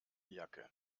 jacke